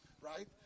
right